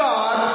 God